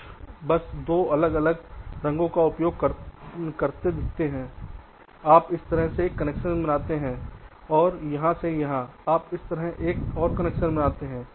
कुछ बस दो अलग अलग रंगों का उपयोग करके दिखाते हैं आप इस तरह से एक कनेक्शन बनाते हैं और यहां से आप इस तरह से एक और कनेक्शन बनाते हैं